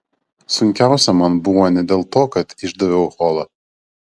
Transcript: sunkiausia man buvo ne dėl to kad išdaviau holą